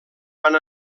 van